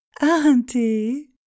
Auntie